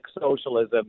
socialism